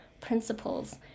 principles